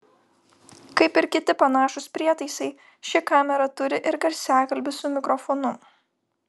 kaip ir kiti panašūs prietaisai ši kamera turi ir garsiakalbį su mikrofonu